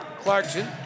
Clarkson